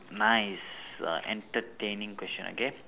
nice uh entertaining question okay